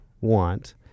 want